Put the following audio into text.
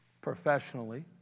professionally